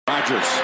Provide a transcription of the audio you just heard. Rodgers